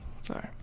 Sorry